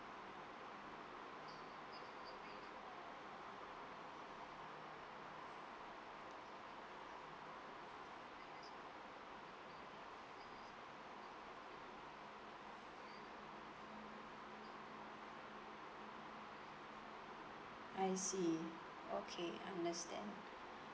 I see okay understand